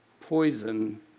poison